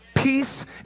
Peace